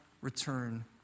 return